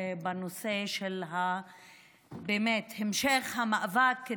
בנושא של המשך המאבק,